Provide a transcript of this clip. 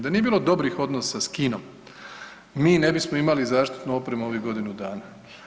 Da nije bilo dobrih odnosa sa Kinom, mi ne bismo imali zaštitnu opremu ovih godinu dana.